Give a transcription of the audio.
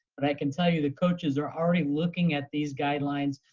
but i can tell you, the coaches are already looking at these guidelines,